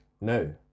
No